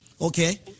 okay